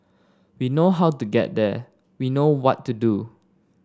we know how to get there we know what to do